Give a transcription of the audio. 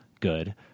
good